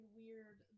weird